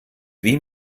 wie